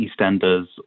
EastEnders